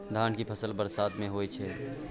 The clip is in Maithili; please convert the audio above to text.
धान के फसल बरसात में होय छै?